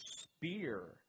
spear